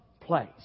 place